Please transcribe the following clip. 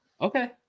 Okay